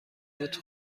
فود